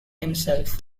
himself